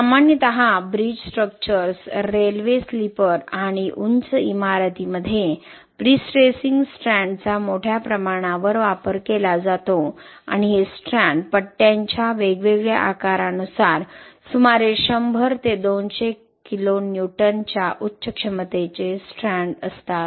सामान्यत bridge structures railway sleeper आणि उंच इमारतींमध्ये प्रीस्ट्रेसिंग स्ट्रँडचा मोठ्या प्रमाणावर वापर केला जातो आणि हे स्टँड पट्ट्यांच्या वेगवेगळ्या आकारानुसार सुमारे 100 ते 200 kN च्या उच्च क्षमतेचे स्ट्रँड असतात